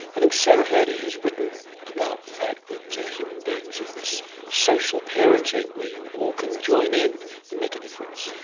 i think sarah hrdy has written about the fact that human beings have this social parenting, where you all can join in and make a difference.